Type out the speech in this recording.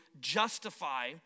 justify